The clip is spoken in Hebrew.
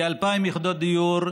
כ-2,000 יחידות דיור,